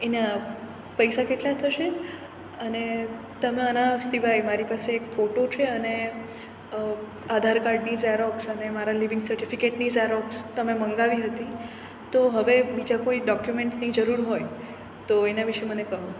એના પૈસા કેટલા થશે અને તમારા સિવાય મારી પાસે એક ફોટો છે અને આધાર કાર્ડની ઝેરોક્ષ અને મારા લિવિંગ સર્ટિફિકેટની ઝેરોક્ષ તમે મંગાવી હતી તો હવે બીજા કોઈ ડોક્યુમેન્ટ્સની જરૂર હોય તો એના વિશે મને કહો